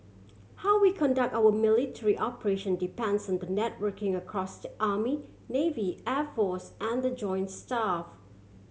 how we conduct our military operation depends on the networking across the army navy air force and the joint staff